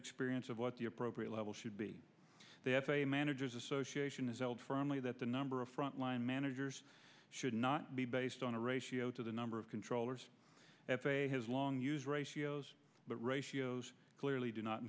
experience of what the appropriate level should be the f a a managers association is out for only that the number of front line managers should not be based on a ratio to the number of controllers f a a has long used ratios but ratios clearly do not